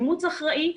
אימוץ אחראי,